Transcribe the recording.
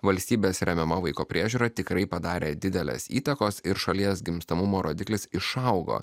valstybės remiama vaiko priežiūra tikrai padarė didelės įtakos ir šalies gimstamumo rodiklis išaugo